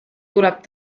tuleb